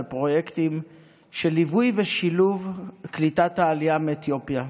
בפרויקטים של ליווי ושילוב קליטת העלייה מאתיופיה.